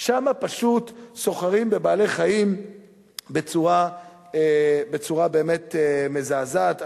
שם פשוט סוחרים בבעלי-חיים בצורה באמת מזעזעת.